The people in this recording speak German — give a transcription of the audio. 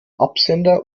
absender